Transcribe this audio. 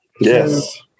Yes